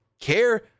care